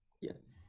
Yes